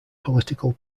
political